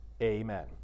Amen